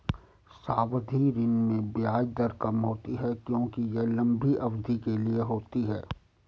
सावधि ऋण में ब्याज दर कम होती है क्योंकि यह लंबी अवधि के लिए होती है